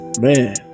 Man